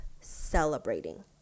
celebrating